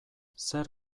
zer